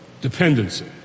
dependency